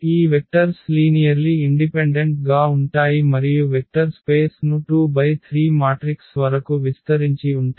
ఈ vectors linearly independent గా ఉంటాయి మరియు వెక్టర్ స్పేస్ ను 2×3 మాట్రిక్స్ వరకు విస్తరించి ఉంటాయి